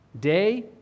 day